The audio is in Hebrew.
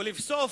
ולבסוף,